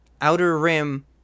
outer-rim